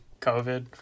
COVID